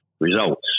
results